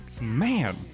man